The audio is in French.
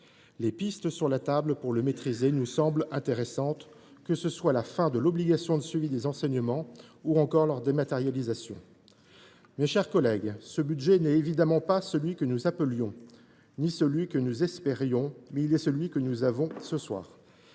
qui sont sur la table pour le maîtriser nous semblent intéressantes, qu’il s’agisse de la fin de l’obligation de suivi des enseignements, ou encore de leur dématérialisation. Mes chers collègues, ce projet de budget n’est évidemment pas celui que nous appelions de nos vœux ou que nous espérions. Mais c’est celui que nous avons ce soir.